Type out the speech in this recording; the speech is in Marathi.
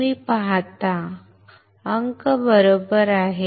तुम्ही पाहता अंक बरोबर आहेत